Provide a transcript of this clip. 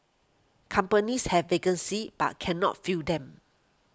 companies have vacancies but cannot fill them